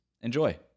enjoy